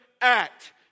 act